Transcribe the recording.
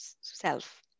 self